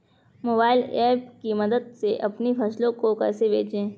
Mobile app की मदद से अपनी फसलों को कैसे बेचें?